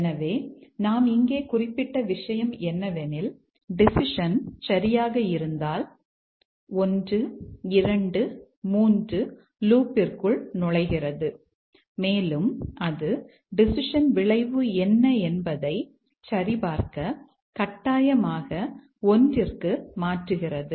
எனவே நாம் இங்கே குறிப்பிட்ட விஷயம் என்னவெனில் டெசிஷன் சரியாக இருந்தால் 1 2 3 லூப் ற்குள் நுழைகிறது மேலும் அது டெசிஷன் விளைவு என்ன என்பதை சரிபார்க்க கட்டாயமாக 1 க்கு மாற்றுகிறது